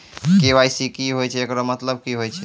KYC की होय छै, एकरो मतलब की होय छै?